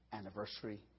Anniversary